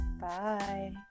Bye